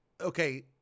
okay